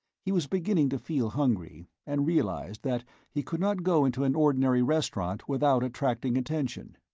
he was beginning to feel hungry, and realized that he could not go into an ordinary restaurant without attracting attention.